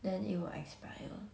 then it will expire